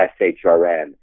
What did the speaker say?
SHRN